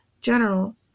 General